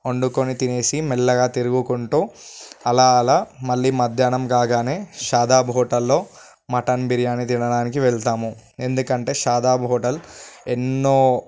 వండుకొని తినేసి మెల్లగా తిరుగుకుంటూ అలా అలా మళ్ళీ మధ్యాహ్నం కాగానే షాదాబ్ హోటల్లో మటన్ బిర్యానీ తినడానికి వెళ్తాము ఎందుకంటే షాదాబ్ హోటల్ ఎన్నో